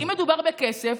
אם מדובר בכסף,